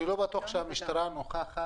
אני לא בטוח שלגבי ההרתעה המשטרה נוכחת